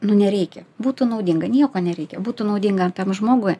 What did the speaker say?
nu nereikia būtų naudinga nieko nereikia būtų naudinga tam žmogui